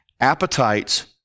Appetites